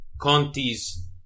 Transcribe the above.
Conti's